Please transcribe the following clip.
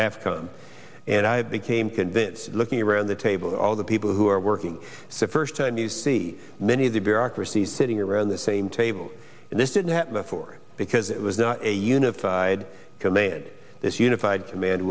african and i became convinced looking around the table all the people who are working the first time you see many of the bureaucracies sitting around the same table and this didn't happen before because it was not a unified command this unified